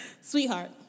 Sweetheart